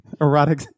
erotic